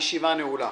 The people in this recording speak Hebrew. הישיבה נעולה.